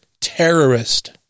terrorist